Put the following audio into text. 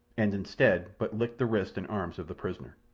and, instead, but licked the wrists and arms of the prisoner.